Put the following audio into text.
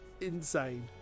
insane